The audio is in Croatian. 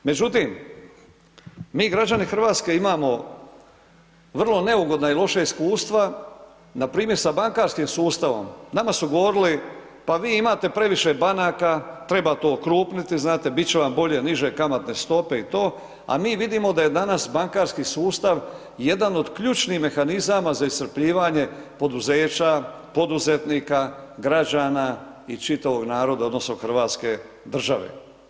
Međutim, mi građani Hrvatske imamo vrlo neugodna i loša iskustva npr. sa bankarskim sustavom, nama su govorili pa vi imate previše banaka treba to okrupniti, znate bit će vam bolje, niže kamatne stope i to, a mi vidimo da je danas bankarski sustav jedan od ključnih mehanizama za iscrpljivanje poduzeća, poduzetnika, građana i čitavog naroda odnosno Hrvatske države.